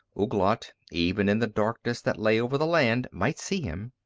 ouglat, even in the darkness that lay over the land, might see him.